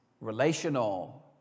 Relational